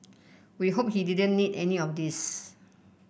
we hope he didn't need any of these